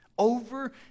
over